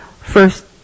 first